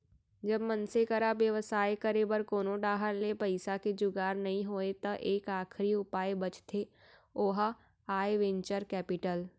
जब मनसे करा बेवसाय करे बर कोनो डाहर ले पइसा के जुगाड़ नइ होय त एक आखरी उपाय बचथे ओहा आय वेंचर कैपिटल